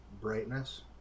brightness